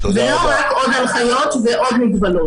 ולא רק עוד הנחיות ועוד מגבלות.